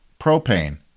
Propane